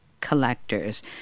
collectors